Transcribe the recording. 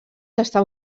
estan